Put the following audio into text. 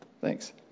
Thanks